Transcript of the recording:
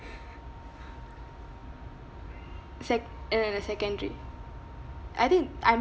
sec no no secondary I think I'm